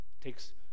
takes